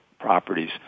properties